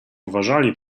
uważali